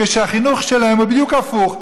כשהחינוך שלהם הוא בדיוק הפוך.